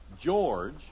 George